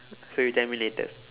so you tell me later